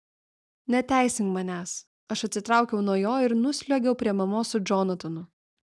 neteisink manęs aš atsitraukiau nuo jo ir nusliuogiau prie mamos su džonatanu